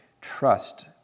trust